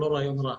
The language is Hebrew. זה לא רעיון רע.